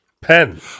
pen